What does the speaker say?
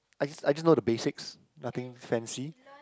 I just I just know the basics nothing fancy